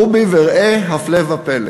רובי, וראה הפלא ופלא,